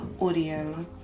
audio